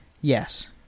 Yes